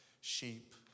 sheep